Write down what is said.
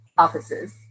offices